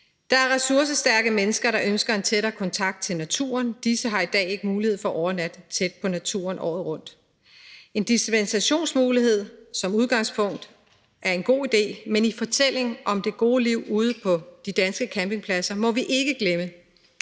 Der er ressourcestærke mennesker, der ønsker en tættere kontakt til naturen. Disse har i dag ikke mulighed for at overnatte tæt på naturen året rundt. En dispensationsmulighed er som udgangpunkt en god idé, men i fortællingen om det gode liv ude på de danske campingpladser må vi ikke glemme,